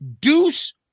deuce